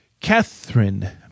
Catherine